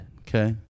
Okay